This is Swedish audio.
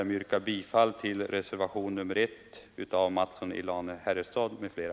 Jag yrkar bifall till reservationen 1 av herr Mattsson i Lane-Herrestad m.fl.